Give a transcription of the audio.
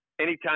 anytime